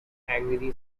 angry